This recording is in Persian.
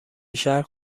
شهر